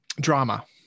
drama